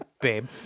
Babe